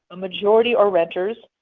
a majority are renters,